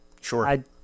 Sure